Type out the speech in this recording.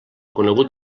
conegut